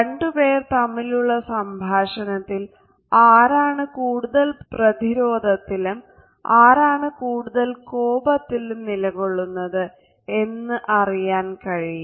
രണ്ടു പേർ തമ്മിലുള്ള സംഭാഷണത്തിൽ ആരാണ് കൂടുതൽ പ്രതിരോധത്തിലും ആരാണ് കൂടുതൽ കോപത്തിലും നിലകൊള്ളുന്നത് എന്നും അറിയാൻ കഴിയും